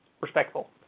respectful